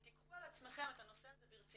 תיקחו על עצמכם את הנושא הזה ברצינות,